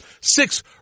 six